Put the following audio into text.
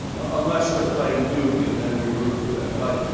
unless they are playing duke and then we route for them. but